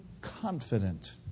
Confident